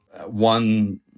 One